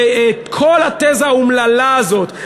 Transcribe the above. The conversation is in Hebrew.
ואת כל התזה האומללה הזאת,